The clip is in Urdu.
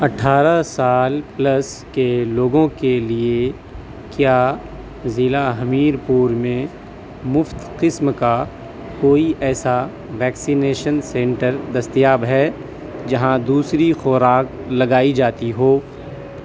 اٹھارہ سال پلس کے لوگوں کے لیے کیا ضلع ہمیرپور میں مفت قسم کا کوئی ایسا ویکسینیشن سنٹر دستیاب ہے جہاں دوسری خوراک لگائی جاتی ہو